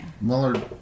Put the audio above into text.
Mueller